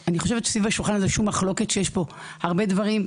אני חושב שסביב השולחן הזה אין מחלוקת שיש פה הרבה דברים,